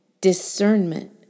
Discernment